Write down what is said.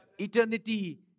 Eternity